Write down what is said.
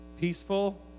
Peaceful